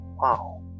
wow